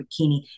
bikini